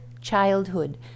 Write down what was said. childhood